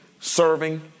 serving